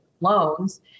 loans